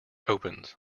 opens